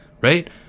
right